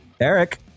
Eric